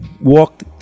walk